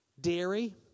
dairy